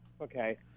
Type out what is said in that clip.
Okay